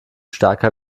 starker